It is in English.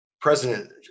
President